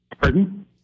Pardon